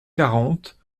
quarante